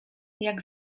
jak